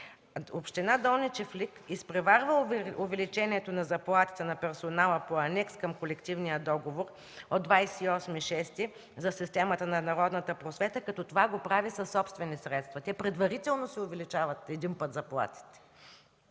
община Долни чифлик изпреварва увеличението на заплатите на персонала по Анекс към колективния договор от 28 юни за системата на народната просвета, като това го прави със собствени средства. Те предварително си увеличават един път заплатите.